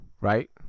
right